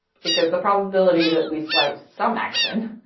because the probability that we select some action,